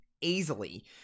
easily